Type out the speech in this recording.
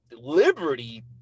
liberty